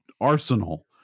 arsenal